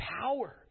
power